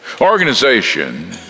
Organization